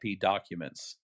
documents